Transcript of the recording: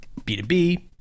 B2B